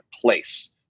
place